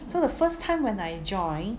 so the first time when I join